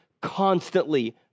constantly